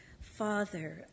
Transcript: Father